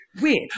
weird